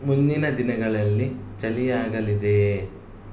ಮುಂದಿನ ದಿನಗಳಲ್ಲಿ ಚಳಿಯಾಗಲಿದೆಯೇ